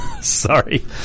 Sorry